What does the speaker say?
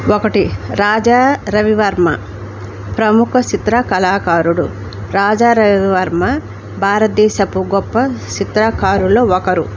ఒకటి రాజా రవివర్మ ప్రముఖ చిత్ర కళాకారుడు రాజాారవివర్మ భారతదేశపు గొప్ప చిత్రకారులులో ఒకరు